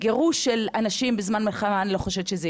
אני לא חושבת שגירוש של אנשים בזמן מלחמה יקרה,